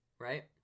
Right